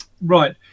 right